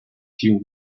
few